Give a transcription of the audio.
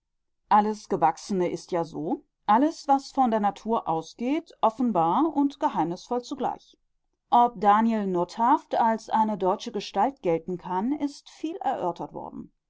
alles gewachsene ist ja so alles was von der natur ausgeht offenbar und geheimnisvoll zugleich ob daniel nothafft als eine deutsche gestalt gelten kann ist viel erörtert worden